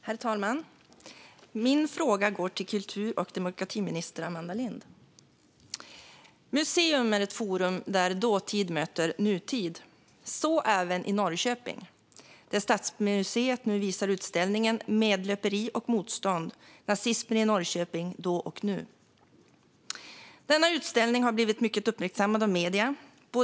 Herr talman! Min fråga går till kultur och demokratiminister Amanda Lind. Ett museum är ett forum där dåtid möter nutid, så även i Norrköping, där Stadsmuseet nu visar utställningen Medlöperi och motstånd - nazismen i Norrköping då och nu . Denna utställning har blivit mycket uppmärksammad av medier.